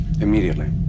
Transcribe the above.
Immediately